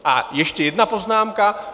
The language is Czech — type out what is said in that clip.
A ještě jedna poznámka.